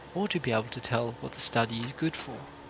or to be able to tell what the study is good for.